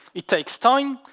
it takes time.